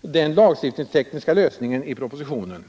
den lagtekniska lösningen i propositionen.